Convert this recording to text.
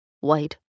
White